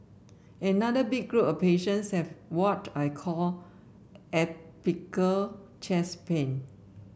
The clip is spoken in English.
another big group of patients have what I call atypical chest pain